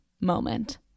moment